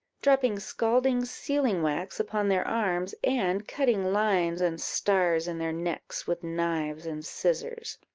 dropping scalding sealing-wax upon their arms, and cutting lines and stars in their necks with knives and scissors.